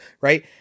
right